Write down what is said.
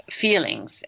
feelings